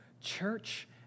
church